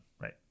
right